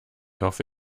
hoffe